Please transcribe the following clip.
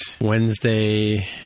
Wednesday